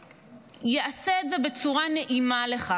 שיעשה את זה בצורה שנעימה לך.